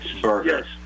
burger